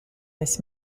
this